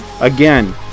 again